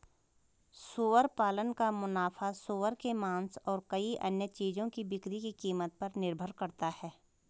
सुअर पालन का मुनाफा सूअर के मांस और कई अन्य चीजों की बिक्री की कीमत पर निर्भर करता है